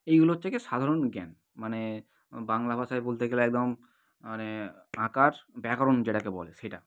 এইগুলো হচ্ছে গিয়ে সাধারণ জ্ঞান মানে বাংলা ভাষায় বলতে গেলে একদম মানে আঁকার ব্যাকরণ যেটাকে বলে সেটা